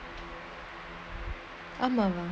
ஆமாவா:amava